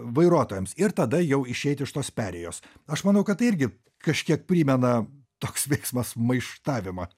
vairuotojams ir tada jau išeit iš tos perėjos aš manau kad tai irgi kažkiek primena toks veiksmas maištavimą